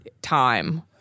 Time